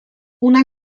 una